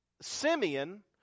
Simeon